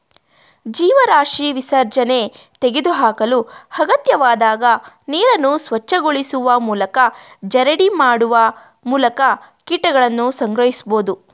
ಜೀವರಾಶಿ ವಿಸರ್ಜನೆ ತೆಗೆದುಹಾಕಲು ಅಗತ್ಯವಾದಾಗ ನೀರನ್ನು ಸ್ವಚ್ಛಗೊಳಿಸುವ ಮೂಲಕ ಜರಡಿ ಮಾಡುವ ಮೂಲಕ ಕೀಟಗಳನ್ನು ಸಂಗ್ರಹಿಸ್ಬೋದು